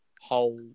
whole